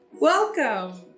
Welcome